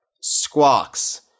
Squawks